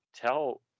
tell